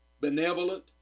benevolent